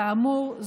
כאמור,